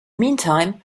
meantime